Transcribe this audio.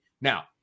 Now